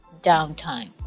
downtime